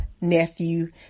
nephew